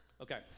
Okay